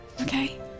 okay